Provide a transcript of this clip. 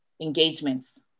engagements